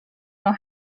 know